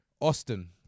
Austin